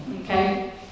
okay